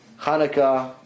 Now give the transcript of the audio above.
Hanukkah